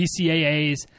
BCAAs